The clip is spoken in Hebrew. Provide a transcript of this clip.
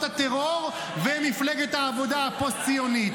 הטרור ומפלגת העבודה הפוסט-ציונית.